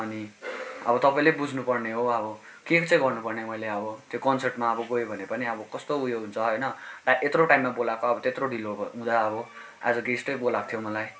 अनि अब तपाईँले बुझ्नु पर्ने हो अब के चाहिँ गर्नु पर्ने मैले अब कन्सर्टमा गए भने पनि अब कस्तो उयो हुन्छ होइन टा यत्रो टाइमा बोलाएको होइन अब त्यत्रो ढिलो हुँदा अब आज गेस्टै बोलाएको थियो मलाई